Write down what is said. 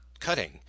cutting